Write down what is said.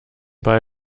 ball